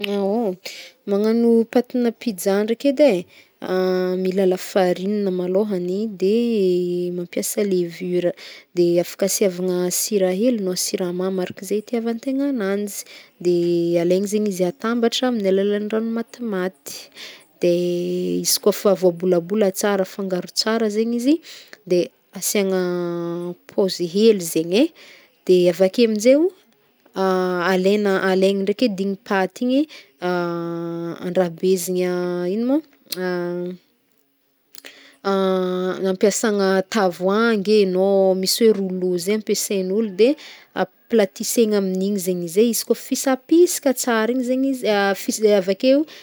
Magnagno patina pizza ndraiky edy e, mila lafarina malôhany de mampiasa levure de afaka asiavagna sira hely de siramamy araka ze itiavagnantegna agnanjy de alaigny zegny izy atambatra amin'ny rano matimaty, de izy kaofa efa voabolabola tsara mifangaro tsara zegny izy de asia gna pause hely zegny de alaigny ndraiky edy paty igny andrabezigny ino mo agnampiasagna tavoahangy e, no misy hoe roleau zay ampiasain'ôlo de aplatissena amin'igny zegny izy, izy koa fisapisaka tsara igny zegny izy e a avakeo.